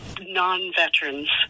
non-veterans